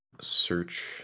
search